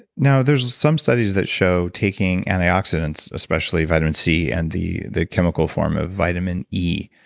now, there's some studies that show taking antioxidants, especially vitamin c, and the the chemical form of vitamin e,